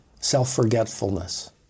Self-forgetfulness